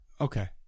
Okay